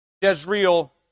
Jezreel